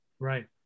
Right